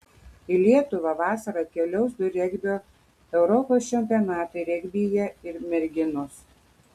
į lietuvą vasarą atkeliaus du regbio europos čempionatai regbyje ir merginos